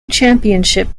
championship